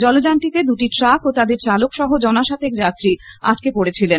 জলযানটিতে দুটি ট্রাক ও তাদের চালক সহ জনা সাতেক যাত্রী আটকে পড়েছিলেন